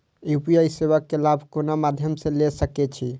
UPI सेवा के लाभ कोन मध्यम से ले सके छी?